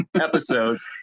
episodes